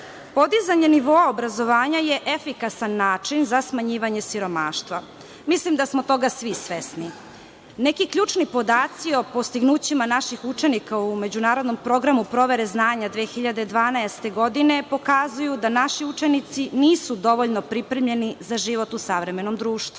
nivoa obrazovanja je efikasan način za smanjivanje siromaštva. Mislim da smo toga svi svesni. Neki ključni podaci o postignućima naših učenika u međunarodnom programu provere znanja 2012. godine, pokazuju da naši učenici nisu dovoljno pripremljeni za život u savremenom društvu.